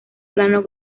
plano